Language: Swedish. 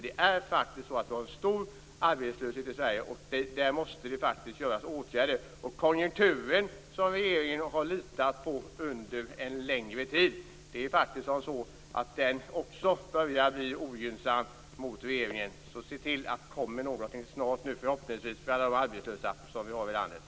Det är faktiskt så att vi har en stor arbetslöshet i Sverige och att åtgärder måste vidtas. Konjunkturen som regeringen har litat på under en längre tid börjar faktiskt också bli ogynnsam mot regeringen. Se därför till att komma med något snart för alla arbetslösa i landet.